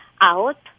out